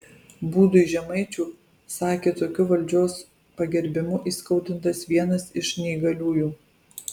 būdui žemaičių sakė tokiu valdžios pagerbimu įskaudintas vienas iš neįgaliųjų